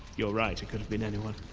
you're right, it could have been anyone